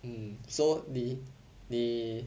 mm so 你你